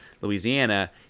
Louisiana